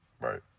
Right